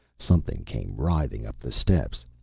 something came writhing up the steps,